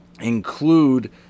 include